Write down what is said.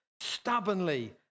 Stubbornly